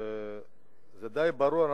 זה די ברור.